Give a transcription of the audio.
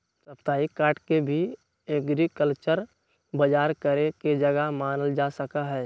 साप्ताहिक हाट के भी एग्रीकल्चरल बजार करे के जगह मानल जा सका हई